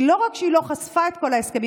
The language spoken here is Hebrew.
כי לא רק שהיא לא חשפה את כל ההסכמים,